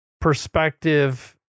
perspective